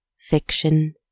Fiction